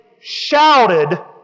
shouted